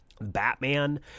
batman